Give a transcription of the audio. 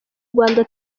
rwanda